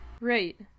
Right